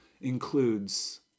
includes